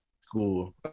school